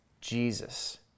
Jesus